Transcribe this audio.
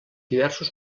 diversos